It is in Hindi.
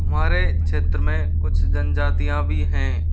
हमारे क्षेत्र में कुछ जनजातीयाँ भी हैं